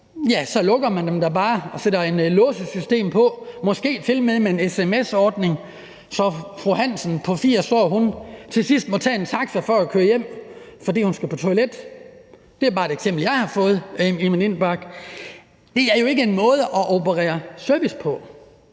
Så lukkede man dem da bare og satte et låsesystem på, måske tilmed med en sms-ordning, så fru Hansen på 80 år til sidst må tage en taxa for at køre hjem, fordi hun skal på toilettet. Det er bare et eksempel, jeg har fået i min indbakke. Det er jo ikke en måde at yde service på.